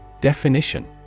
Definition